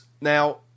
Now